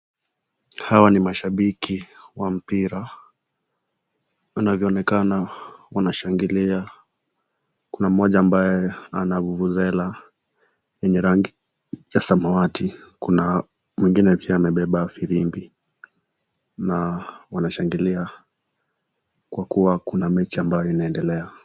Hawa ni mashabiki wa mpira, inavyo onekana wanashangilia, kuna mmoja ambaye ana vuvuzela yenye rangi ya samawati kuna mwingine pia amabeba filimbi na wanashangilia kwa kua kuna mechi inayoendelea.